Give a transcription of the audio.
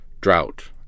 drought